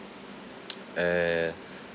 uh